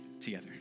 together